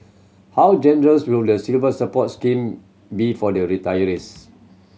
how generous will the Silver Support scheme be for the retirees